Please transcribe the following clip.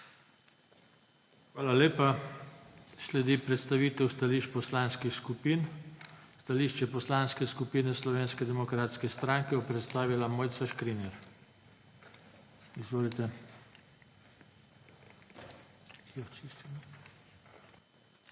Hvala lepa. Sledi predstavitev stališč poslanskih skupin. Stališče Poslanske skupine Slovenske demokratske stranke bo predstavila Mojca Škrinjar. Izvolite.